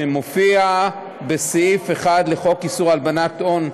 שמופיעה בסעיף 1 לחוק איסור הלבנת הון,